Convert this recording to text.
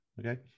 Okay